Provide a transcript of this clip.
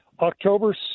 October